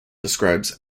describes